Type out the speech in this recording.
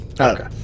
Okay